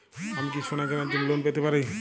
আমি কি সোনা কেনার জন্য লোন পেতে পারি?